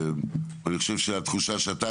ואני חושב שגם התחושה שאתה